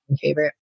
favorite